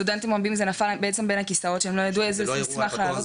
לסטודנטים רבים זה נפל בין הכיסאות כי הם לא ידעו איזה מסמך להעלות.